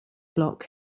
block